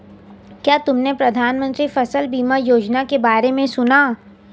क्या तुमने प्रधानमंत्री फसल बीमा योजना के बारे में सुना?